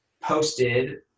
posted